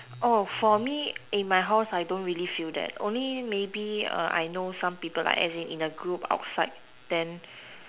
for me in my house I don't really feel that only maybe I know some people as in the group outside then